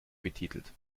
betitelt